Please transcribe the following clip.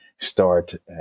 start